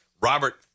Robert